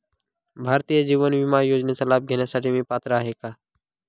भारतीय जीवन विमा योजनेचा लाभ घेण्यासाठी मी पात्र आहे का?